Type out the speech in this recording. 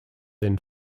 then